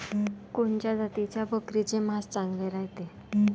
कोनच्या जातीच्या बकरीचे मांस चांगले रायते?